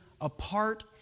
apart